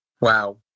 Wow